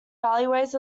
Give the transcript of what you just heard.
valleys